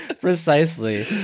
precisely